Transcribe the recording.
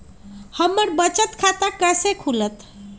हमर बचत खाता कैसे खुलत?